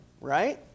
Right